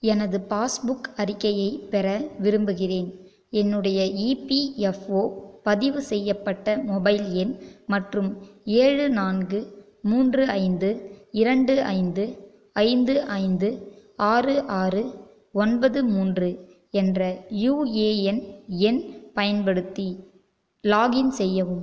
எனது பாஸ்புக் அறிக்கையைப் பெற விரும்புகிறேன் என்னுடைய இபிஎஃப்ஓ பதிவு செய்யப்பட்ட மொபைல் எண் மற்றும் ஏழு நான்கு மூன்று ஐந்து இரண்டு ஐந்து ஐந்து ஐந்து ஆறு ஆறு ஒன்பது மூன்று என்ற யுஏஎன் எண் பயன்படுத்தி லாக்இன் செய்யவும்